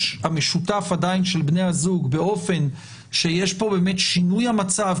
המשותף עדיין של בני הזוג באופן שיש פה באמת שינוי המצב,